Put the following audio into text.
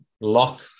lock